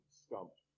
stumped